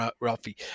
Ralphie